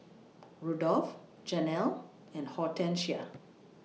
Rudolf Janell and Hortencia